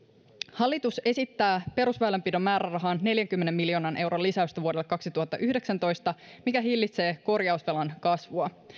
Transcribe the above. hallitus esittää perusväylänpidon määrärahaan neljänkymmenen miljoonan euron lisäystä vuodelle kaksituhattayhdeksäntoista mikä hillitsee korjausvelan kasvua